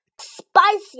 spicy